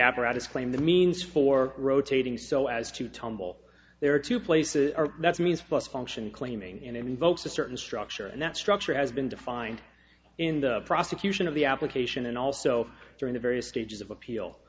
apparatus claim the means for rotating so as to tumble there are two places are that's means plus function claiming invokes a certain structure and that structure has been defined in the prosecution of the application and also during the various stages of appeal